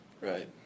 Right